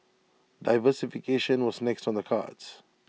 diversification was next on the cards